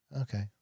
Okay